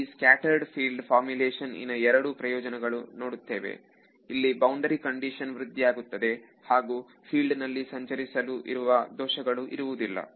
ಇಲ್ಲಿ scattered field ಫಾರ್ಮುಲೇಶನ್ಇನ ಎರಡು ಪ್ರಯೋಜನಗಳನ್ನು ನೋಡುತ್ತೇವೆ ಇಲ್ಲಿ ಬೌಂಡರಿ ಕಂಡೀಶನ್ ವೃದ್ಧಿಯಾಗುತ್ತದೆ ಹಾಗೂ ಫೀಲ್ಡಿನಲ್ಲಿ ಸಂಚರಿಸಲು ಇರುವ ದೋಷಗಳು ಇರುವುದಿಲ್ಲ